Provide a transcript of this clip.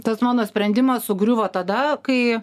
tas mano sprendimas sugriuvo tada kai